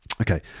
Okay